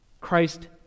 Christ